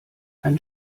ein